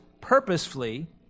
purposefully